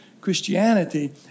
Christianity